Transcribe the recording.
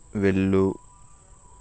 వెళ్ళు